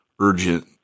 urgent